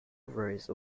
rose